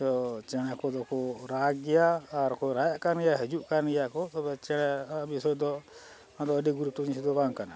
ᱛᱚ ᱪᱮᱬᱮ ᱠᱚᱫᱚ ᱠᱚ ᱨᱟᱜᱽ ᱜᱮᱭᱟ ᱟᱨ ᱠᱚ ᱨᱟᱜ ᱮᱫ ᱠᱟᱱ ᱜᱮᱭᱟ ᱦᱤᱡᱩᱜ ᱠᱟᱱ ᱜᱮᱭᱟ ᱠᱚ ᱛᱚᱵᱮ ᱪᱮᱬᱮ ᱵᱤᱥᱚᱭ ᱫᱚ ᱟᱫᱚ ᱟᱹᱰᱤ ᱜᱩᱨᱩᱛᱛᱚ ᱡᱤᱱᱤᱥ ᱫᱚ ᱵᱟᱝ ᱠᱟᱱᱟ